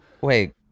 Wait